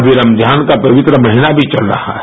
अभी रमजान का पवित्र महीना भी चल रहा है